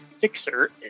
Fixer